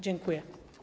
Dziękuję.